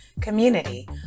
community